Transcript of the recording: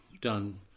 done